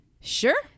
Sure